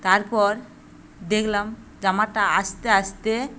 তারপর দেখলাম জামাটা আস্তে আস্তে